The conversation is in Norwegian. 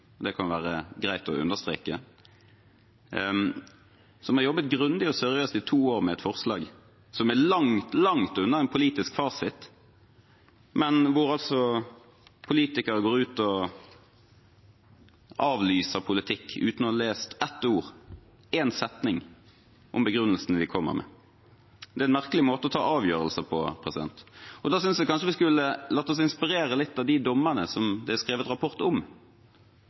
det kan være greit å understreke – som har jobbet grundig og seriøst i to år med et forslag som er langt, langt unna en politisk fasit, men der politikere altså går ut og avlyser politikk uten å ha lest ett ord, én setning om begrunnelsene de kommer med. Det er en merkelig måte å ta avgjørelser på. Da synes jeg kanskje vi skulle latt oss inspirere litt av de dommerne som det er skrevet rapport om,